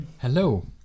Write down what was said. hello